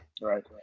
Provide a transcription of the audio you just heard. Right